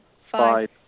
five